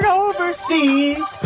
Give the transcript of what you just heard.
overseas